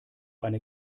eine